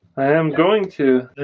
i am going to